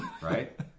Right